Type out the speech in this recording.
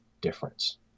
difference